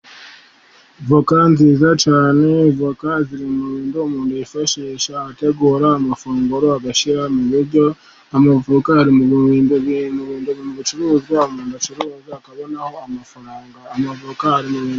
Voka nziza cyane, voka ziri mu biribwa umuntu yifashisha ategura amafunguro agashyira mu buryo, amavoka ari mu bintu umucuruzi acuruza akabonaho amafaranga. Amavoka ari mu biryo.